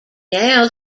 now